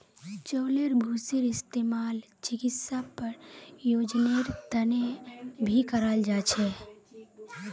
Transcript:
चउलेर भूसीर इस्तेमाल चिकित्सा प्रयोजनेर तने भी कराल जा छे